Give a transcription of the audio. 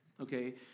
Okay